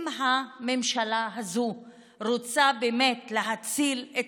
אם הממשלה הזאת רוצה באמת להציל את